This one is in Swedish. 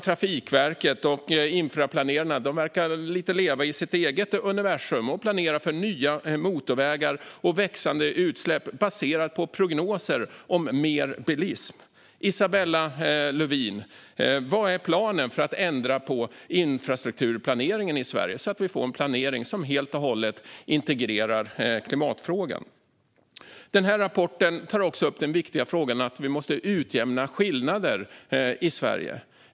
Trafikverket och infraplanerarna verkar leva i sitt eget universum och planerar för nya motorvägar och växande utsläpp baserat på prognoser om mer bilism. Isabella Lövin, vad är planen för att ändra på infrastrukturplaneringen i Sverige, så att vi får en planering som helt och hållet integrerar klimatfrågan? Rapporten tar också upp den viktiga frågan om att utjämna skillnader i Sverige.